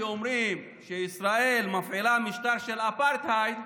אומרים שישראל מפעילה משטר של אפרטהייד.